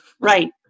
right